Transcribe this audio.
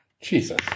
Jesus